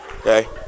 Okay